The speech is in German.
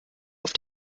auf